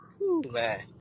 Man